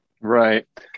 Right